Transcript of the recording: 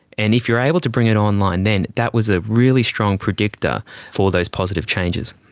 and if you are able to bring it online then, that was a really strong predictor for those positive changes.